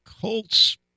Colts